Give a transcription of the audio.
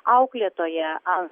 auklėtoja an